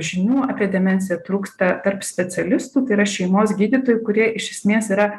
žinių apie demenciją trūksta tarp specialistų tai yra šeimos gydytojų kurie iš esmės yra